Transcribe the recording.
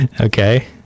Okay